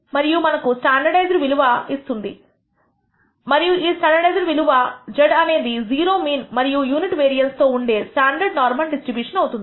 మరియు మనకు స్టాండర్డైజ్డ్ విలువ వస్తుంది మరియు ఈ స్టాండర్డైజ్డ్ విలువ z అనేది 0 మీన్ మరియు యూనిట్ వేరియన్స్ తో ఉండే స్టాండర్డ్ నార్మల్ డిస్ట్రిబ్యూషన్ అవుతుంది